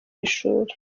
ishuri